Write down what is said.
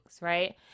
right